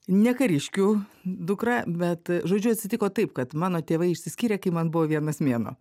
ne kariškių dukra bet žodžiu atsitiko taip kad mano tėvai išsiskyrė kai man buvo vienas mėnuo